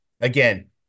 again